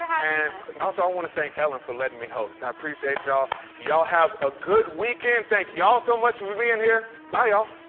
and also i want to thank ellen for letting me host. i appreciate you all. you all have a good weekend. thank you all so much for being here. bye all.